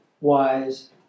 wise